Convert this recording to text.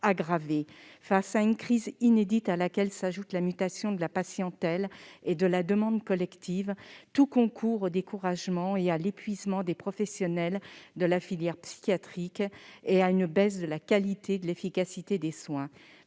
Face à une crise inédite, à laquelle s'ajoute la mutation de la patientèle et de la demande collective, tout concourt au découragement et à l'épuisement des professionnels de la filière psychiatrique et à une baisse de la qualité et de l'efficacité des soins.